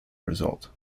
result